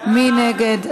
מי נגד?